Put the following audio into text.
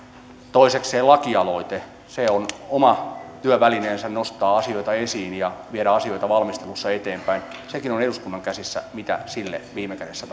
toisekseen lakialoite on oma työvälineensä nostaa asioita esiin ja viedä asioita valmistelussa eteenpäin sekin on eduskunnan käsissä mitä sille viime kädessä